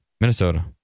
Minnesota